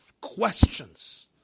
questions